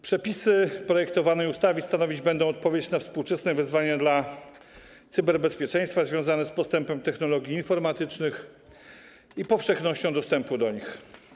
Przepisy projektowanej ustawy stanowić będą odpowiedź na współczesne wyzwania dla cyberbezpieczeństwa związane z postępem technologii informatycznych i powszechnością dostępu do nich.